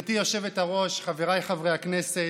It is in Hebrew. גברתי היושבת-ראש, חבריי חברי הכנסת,